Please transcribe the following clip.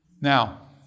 Now